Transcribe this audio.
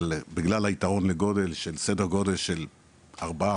בגלל היתרון של סדר גודל של 4%,